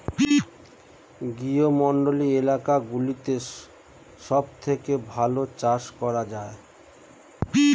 গ্রীষ্মমণ্ডলীয় এলাকাগুলোতে সবথেকে ভালো চাষ করা যায়